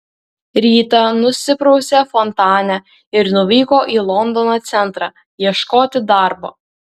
rytą nusiprausė fontane ir nuvyko į londono centrą ieškoti darbo